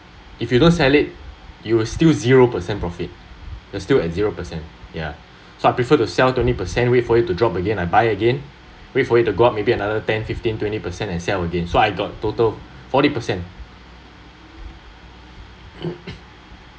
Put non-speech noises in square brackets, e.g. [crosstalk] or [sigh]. if you don’t sell it you will still zero percent profit you're still at zero percent ya so I prefer to sell twenty percent wait for it to drop again I buy again wait for it to go up maybe another ten fifteen twenty percent and sell again so I got total forty percent [coughs]